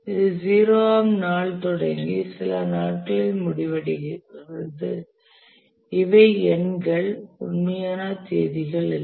இது 0 ஆம் நாளில் தொடங்கி சில நாட்களில் முடிகிறது இவை எண்கள் உண்மையான தேதிகள் இல்லை